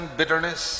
bitterness